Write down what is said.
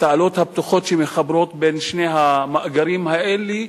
התעלות הפתוחות שמחברות בין שני המאגרים האלה.